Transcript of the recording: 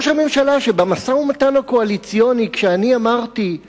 ראש הממשלה, שבמשא-ומתן הקואליציוני, כשאני אמרתי: